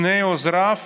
ומזכיר לכם